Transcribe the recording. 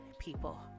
people